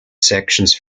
sections